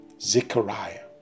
Zechariah